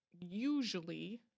usually